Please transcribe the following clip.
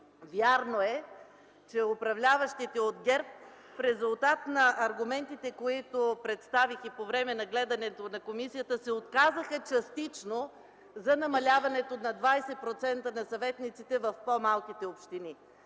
Вярно е, че управляващите от ГЕРБ, в резултат на аргументите, които представих и по време на гледането на комисията се отказаха частично за намаляването с 20% на съветниците в по-малките общини.